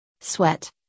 Sweat